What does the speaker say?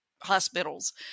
hospitals